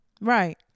right